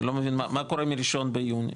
אני לא מבין מה קורה מתאריך ה-1 ביולי?